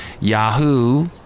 Yahoo